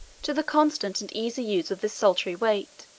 to the constant and easy use of this salutary weight,